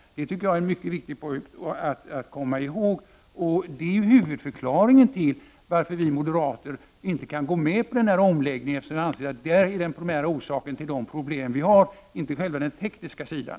Det tycker jag är en mycket viktig punkt att komma ihåg. Det är huvudför klaringen till att vi moderater inte kan gå med på denna omläggning. Vi anser att detta är den primära orsaken till de problem vi har, inte själva den tekniska sidan.